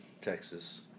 Texas